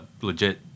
legit